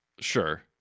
Sure